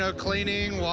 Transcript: so cleaning,